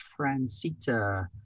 Francita